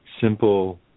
simple